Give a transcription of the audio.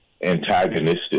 antagonistic